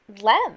Lem